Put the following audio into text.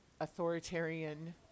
authoritarian